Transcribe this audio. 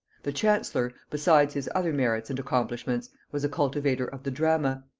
the chancellor, besides his other merits and accomplishments, was a cultivator of the drama.